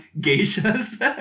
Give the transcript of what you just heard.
geishas